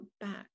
back